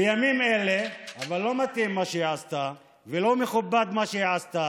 אבל לא מתאים מה שהיא עשתה ולא מכובד מה שהיא עשתה.